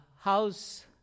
house